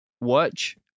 watch